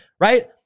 right